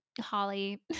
Holly